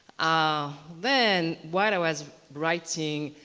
ah then while i was writing,